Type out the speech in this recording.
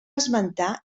esmentar